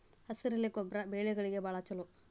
ಹಸಿರೆಲೆ ಗೊಬ್ಬರ ಬೆಳೆಗಳಿಗೆ ಬಾಳ ಚಲೋ